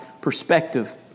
perspective